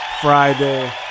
Friday